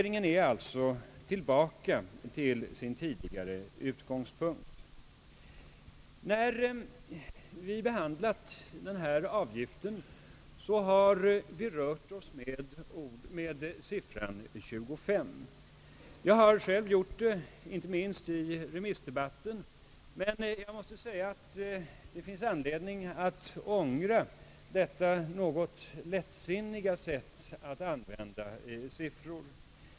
När vi behandlat byggnadsavgiftsfrågan, har vi rört oss med siffran 25 90. Jag har själv gjort det, inte minst i remissdebatten. Jag måste nu erkänna att det finns anledning att ångra detta något lättsinniga sätt att använda siffror.